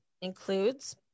includes